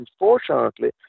Unfortunately